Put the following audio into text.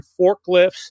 forklifts